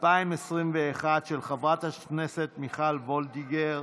התשפ"א 2021, של חברת הכנסת מיכל וולדיגר.